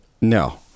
No